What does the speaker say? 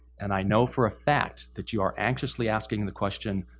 and i know for a fact that you are anxiously asking the question,